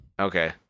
Okay